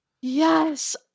Yes